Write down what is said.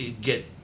get